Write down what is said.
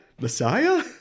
Messiah